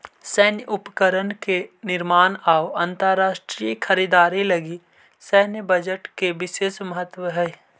सैन्य उपकरण के निर्माण अउ अंतरराष्ट्रीय खरीदारी लगी सैन्य बजट के विशेष महत्व हई